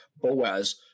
Boaz